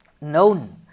known